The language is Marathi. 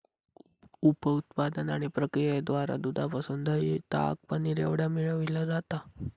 उप उत्पादन आणि प्रक्रियेद्वारा दुधापासून दह्य, ताक, पनीर एवढा मिळविला जाता